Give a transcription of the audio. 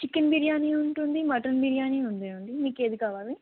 chicken biryani ఉంటుంది mutton biryani ఉంది అండి మీకు ఏది కావాలి